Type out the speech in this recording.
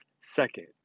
second